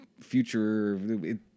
future